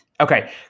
Okay